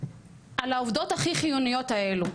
על העובדות הכי חיוניות האלו.